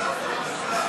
חבל על כל דקה.